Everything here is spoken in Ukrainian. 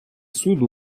суд